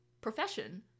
Profession